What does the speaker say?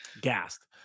gassed